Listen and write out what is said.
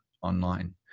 online